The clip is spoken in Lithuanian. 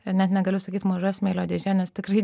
ir net negaliu sakyt maža smėlio dėžė nes tikrai